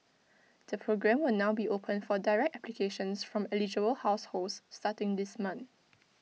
the programme will now be open for direct applications from eligible households starting this month